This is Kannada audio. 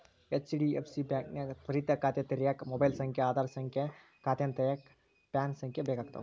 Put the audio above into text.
ಹೆಚ್.ಡಿ.ಎಫ್.ಸಿ ಬಾಂಕ್ನ್ಯಾಗ ತ್ವರಿತ ಖಾತೆ ತೆರ್ಯೋಕ ಮೊಬೈಲ್ ಸಂಖ್ಯೆ ಆಧಾರ್ ಸಂಖ್ಯೆ ಖಾತೆನ ತೆರೆಯಕ ಪ್ಯಾನ್ ಸಂಖ್ಯೆ ಬೇಕಾಗ್ತದ